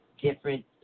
different